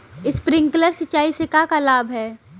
Sprinkler सिंचाई से का का लाभ ह?